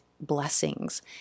blessings